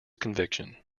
conviction